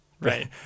right